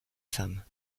femme